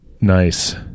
Nice